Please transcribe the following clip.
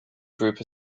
group